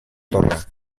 torre